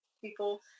people